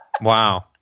Wow